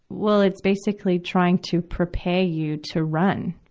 well, it's basically trying to prepare you to run,